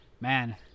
man